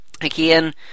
Again